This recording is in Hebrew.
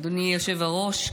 אדוני היושב-ראש,